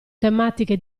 tematiche